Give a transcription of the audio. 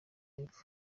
yepfo